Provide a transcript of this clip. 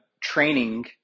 training